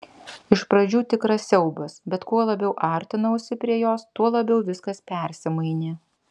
iš pradžių tikras siaubas bet kuo labiau artinausi prie jos tuo labiau viskas persimainė